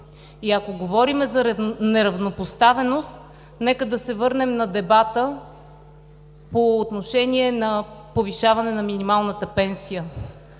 И ако говорим за неравнопоставеност, нека да се върнем на дебата по отношение повишаване на минималната пенсия.